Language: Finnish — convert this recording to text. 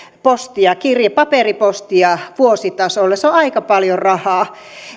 paperipostia vuositasolla se on aika paljon rahaa